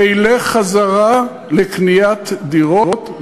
וילך חזרה לקניית דירות,